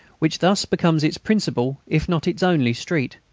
which thus becomes its principal, if not its only, street.